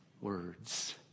words